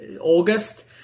August